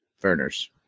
burners